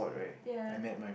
ya